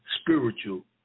spiritual